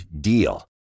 DEAL